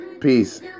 Peace